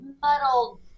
muddled